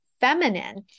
feminine